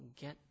get